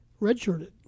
redshirted